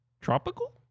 tropical